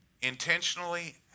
intentionally